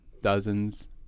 Dozens